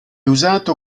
usato